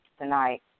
tonight